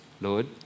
Lord